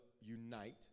unite